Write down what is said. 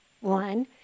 one